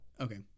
Okay